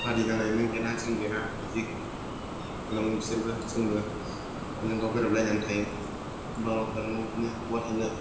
बादि नांनाय नों जेना जों जेना बिदि खालामो बिसोरबो जोंबो गावजोंगाव गोरोबलायनानै थायो बांगालफोरजोंबो बिदिनो बहा थांनो